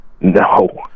No